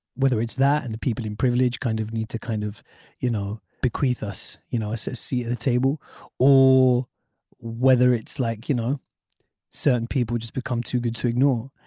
whether it's that and the people in privilege kind of need to kind of you know bequeath us you know a ah seat at the table or whether it's like you know certain people just become too good to ignore.